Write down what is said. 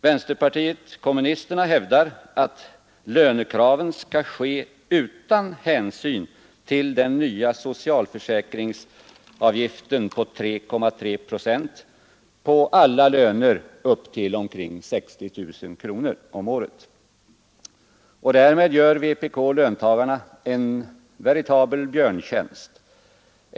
Vänsterpartiet kommunisterna hävdar att lönekraven skall ställas utan hänsyn till den nya socialförsäkringsavgiften på 3,3 procent på alla löner upp till omkring 60 000 kronor om året. Därmed gör vpk löntagarna en veritabel björntjänst.